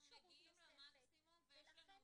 מה יקרה אחרי ש אז אנחנו מגיעים למקסימום ויש לנו מיצוי,